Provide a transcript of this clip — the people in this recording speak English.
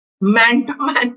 man-to-man